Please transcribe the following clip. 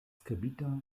skribita